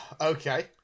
Okay